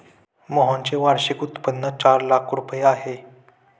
मोहनचे वार्षिक उत्पन्न चार लाख रुपये आहे